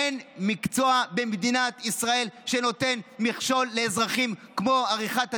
אין מקצוע במדינת ישראל ששם מכשול לאזרחים כמו עריכת הדין,